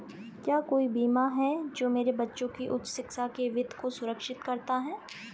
क्या कोई बीमा है जो मेरे बच्चों की उच्च शिक्षा के वित्त को सुरक्षित करता है?